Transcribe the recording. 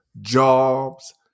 jobs